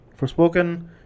Forspoken